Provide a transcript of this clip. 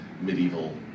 medieval